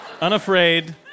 Unafraid